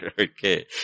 okay